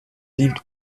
lived